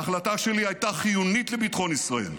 ההחלטה שלי הייתה חיונית לביטחון ישראל.